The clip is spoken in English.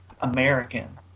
American